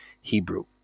Hebrew